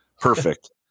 perfect